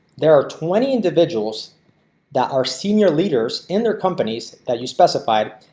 there are twenty individuals that are senior leaders in their companies that you specified.